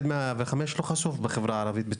לא חשוף בחברה הערבית.